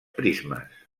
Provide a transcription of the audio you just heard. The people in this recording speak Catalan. prismes